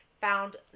found